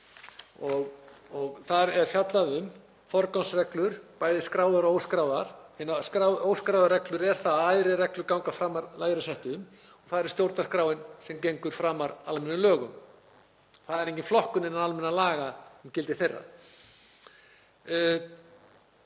Þar er fjallað um forgangsreglur, bæði skráðar og óskráðar. Hinar óskráðu reglur eru að æðri reglur ganga framar lægra settum. Það er stjórnarskráin sem gengur framar almennum lögum. Það er engin flokkun innan almennra laga um gildi þeirra.